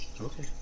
Okay